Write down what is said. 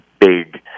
big